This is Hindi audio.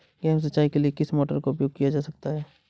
गेहूँ सिंचाई के लिए किस मोटर का उपयोग किया जा सकता है?